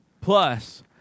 Plus